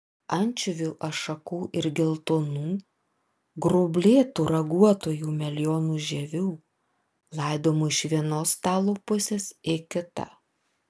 ančiuvių ašakų ir geltonų gruoblėtų raguotųjų melionų žievių laidomų iš vienos stalo pusės į kitą